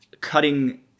cutting